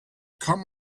come